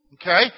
Okay